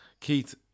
Keith